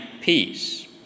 peace